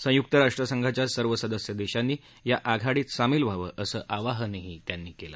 संयुक्त राष्ट्रांच्या सर्व सदस्य देशांनी या आघाडीत सामील व्हावं असं आवाहन त्यांनी केलं